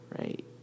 right